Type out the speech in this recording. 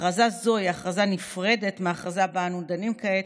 הכרזה זו היא הכרזה נפרדת מההכרזה שבה אנו דנים כעת,